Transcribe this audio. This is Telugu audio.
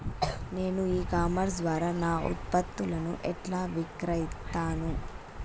నేను ఇ కామర్స్ ద్వారా నా ఉత్పత్తులను ఎట్లా విక్రయిత్తను?